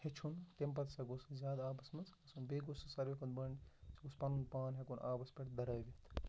ہیٚچھُن تمہِ پَتہٕ ہَسا گوٚژھ سُہ زیادٕ آبَس منٛز گژھُن بیٚیہِ گوٚژھ سُہ ساروِی کھۄتہٕ سُہ گوٚژھ پَنُن پان ہٮ۪کُن آبَس پٮ۪ٹھ دَرٲوِتھ